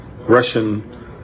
Russian